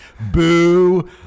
boo